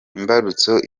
imbarutso